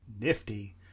Nifty